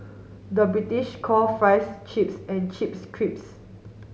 the British call fries chips and chips crisps